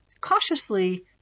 Cautiously